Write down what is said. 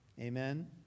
Amen